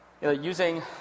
Using